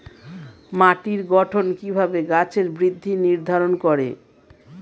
মাটির গঠন কিভাবে গাছের বৃদ্ধি নির্ধারণ করে?